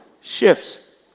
shifts